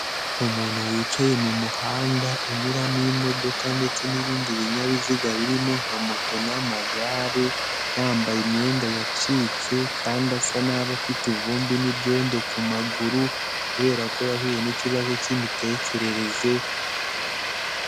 Umuntu wicaye mu muhanda unyuramo imodoka ndetse n'ibindi binyabiziga birimo nka moto n'amagare, yambaye imyenda yacitse kandi asa nabi afite ivumbi n'ibyondo ku maguru, kubera ko yahuye n'ikibazo cy'imitekerereze.